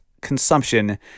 consumption